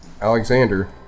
Alexander